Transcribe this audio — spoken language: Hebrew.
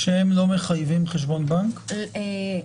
שום דבר לא בעייתי מבחינה חוקית לא